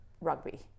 rugby